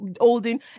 holding